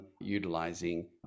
utilizing